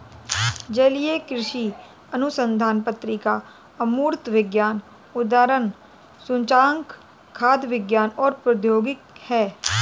जलीय कृषि अनुसंधान पत्रिका अमूर्त विज्ञान उद्धरण सूचकांक खाद्य विज्ञान और प्रौद्योगिकी है